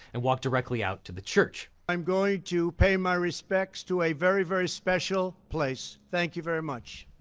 and walk directly out to the church. i'm going to pay my respects to a very, very special place. thank you very much.